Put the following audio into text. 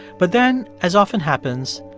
but then as often happens,